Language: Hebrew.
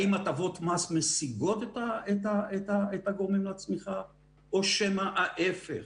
האם הטבות מס משיגות את הגורמים לצמיחה או שמא להפך